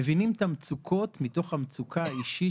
מבינים את המצוקות מתוך המצוקה האישית